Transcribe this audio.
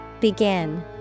Begin